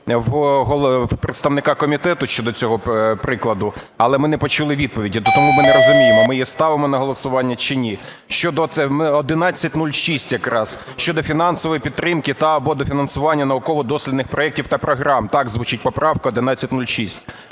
в представника комітету щодо цього прикладу. Але ми не почули відповіді, тому ми не розуміємо: ми її ставимо на голосування чи ні. Щодо 1106 якраз. "Щодо фінансової підтримки та/або дофінансування науково-дослідних проектів та програм" – так звучить поправка 1106.